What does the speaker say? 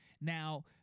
Now